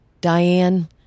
Diane